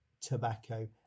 tobacco